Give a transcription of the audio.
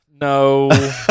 No